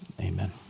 Amen